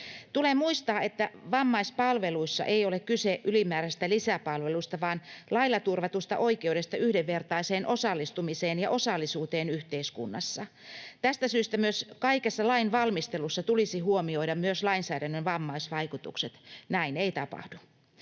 Tulee muistaa, että vammaispalveluissa ei ole kyse ylimääräisestä lisäpalveluista, vaan lailla turvatusta oikeudesta yhdenvertaiseen osallistumiseen ja osallisuuteen yhteiskunnassa. Tästä syystä myös kaikessa lainvalmistelussa tulisi huomioida lainsäädännön vammaisvaikutukset. Näin ei tapahdu.